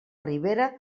ribera